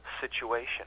situation